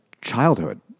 childhood